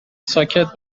ساکت